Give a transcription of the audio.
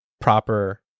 proper